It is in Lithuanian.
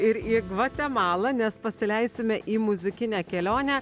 ir į gvatemalą nes pasileisime į muzikinę kelionę